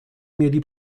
mieli